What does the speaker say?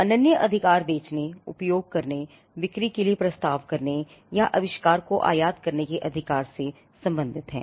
अनन्य अधिकार बेचने उपयोग करने बिक्री के लिए प्रस्ताव करने या आविष्कार को आयात करने के अधिकार से संबंधित है